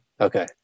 Okay